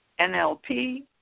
NLP